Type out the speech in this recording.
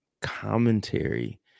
commentary